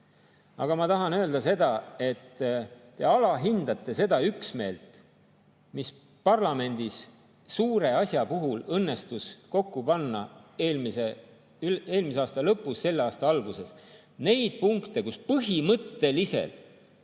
Aga ma tahan öelda seda, et te alahindate seda üksmeelt, mis parlamendis suure asja puhul õnnestus kokku panna eelmise aasta lõpus, selle aasta alguses. Neid punkte, kus põhimõttelise